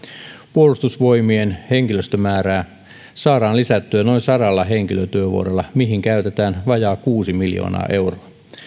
puolustusvoimien henkilöstömäärää saadaan lisättyä noin sadalla henkilötyövuodella mihin käytetään vajaa kuusi miljoonaa euroa